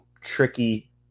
tricky